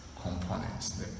components